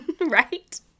right